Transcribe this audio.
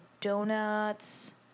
donuts